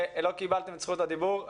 לא קיבלתם את זכות הדיבור.